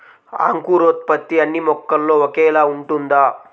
అంకురోత్పత్తి అన్నీ మొక్కల్లో ఒకేలా ఉంటుందా?